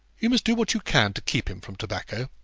you must do what you can to keep him from tobacco.